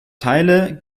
teile